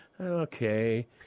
okay